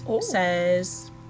says